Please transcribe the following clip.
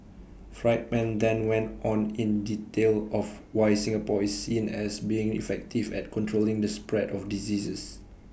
Friedman then went on in detail of why Singapore is seen as being effective at controlling the spread of diseases